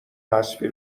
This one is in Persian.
حذفی